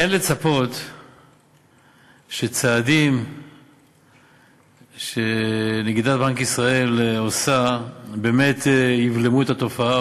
אין לצפות שצעדים שנגידת בנק ישראל עושה באמת יבלמו את התופעה,